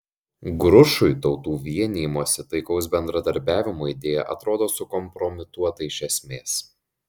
grušui tautų vienijimosi taikaus bendradarbiavimo idėja atrodo sukompromituota iš esmės